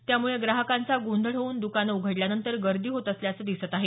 त्यामुळे ग्राहकांचा गोंधळ होऊन दुकानं उघडल्यानंतर गर्दी होत असल्याचं दिसत आहे